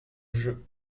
jeux